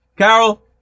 Carol